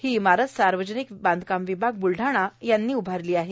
ही इमारत सार्वजनिक बांधकाम विभाग ब्लढाणा यांनी बांधली आहे